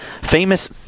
famous